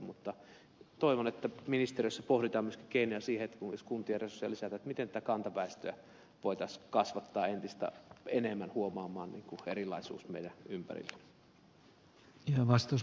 mutta toivon että ministeriössä pohditaan myöskin keinoja siihen jos kuntien resursseja lisätään miten kantaväestöä voitaisiin kasvattaa entistä enemmän huomaamaan erilaisuus meidän ympärillämme